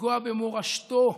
לפגוע במורשתו